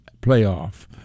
playoff